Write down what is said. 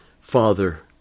father